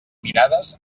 mirades